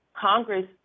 Congress